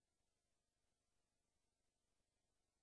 אני